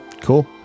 Cool